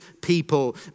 people